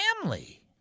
family